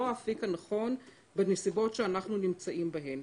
האפיק הנכון בנסיבות שאנו נמצאים בהן.